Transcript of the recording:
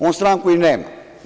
On stranku i nema.